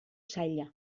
saila